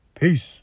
Peace